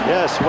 Yes